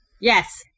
Yes